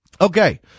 Okay